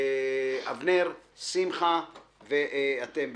אבנר עורקבי, שמחה בניטה ואתם,